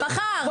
אבל מחר,